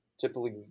typically